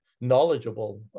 knowledgeable